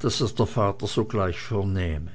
daß es der vater sogleich vernähme